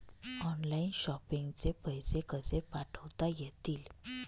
Online shopping चे पैसे कसे पाठवता येतील?